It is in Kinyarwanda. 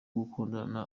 gukundana